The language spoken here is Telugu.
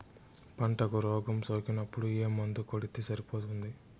పంటకు రోగం సోకినపుడు ఏ మందు కొడితే సరిపోతుంది?